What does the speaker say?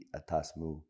atasmu